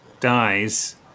dies